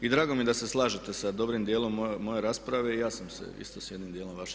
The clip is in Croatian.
I drago mi je da se slažete sa dobrim djelom moje rasprave i ja sam se isto s jednim djelom vaše